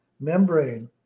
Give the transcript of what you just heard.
membrane